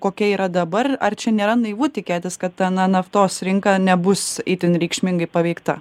kokia yra dabar ar čia nėra naivu tikėtis kad ana naftos rinka nebus itin reikšmingai paveikta